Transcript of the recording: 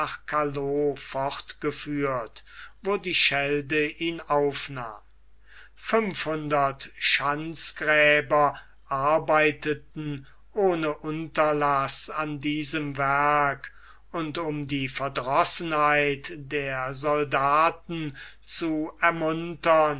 fortgeführt wo die schelde ihn aufnahm fünfhundert schanzgräber arbeiteten ohne unterlaß an diesem werke und um die verdrossenheit der soldaten zu ermuntern